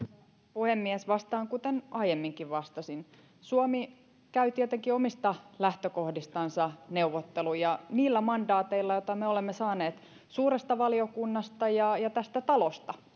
puhemies vastaan kuten aiemminkin vastasin suomi käy tietenkin omista lähtökohdistansa neuvotteluja niillä mandaateilla joita me olemme saaneet suuresta valiokunnasta ja ja tästä talosta